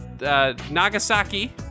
Nagasaki